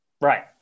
right